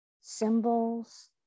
symbols